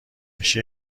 میشه